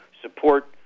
support